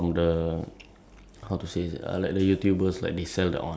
ya but then I got a gift um like a shirt